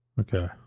okay